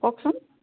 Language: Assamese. কওকচোন